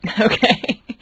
Okay